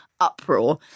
uproar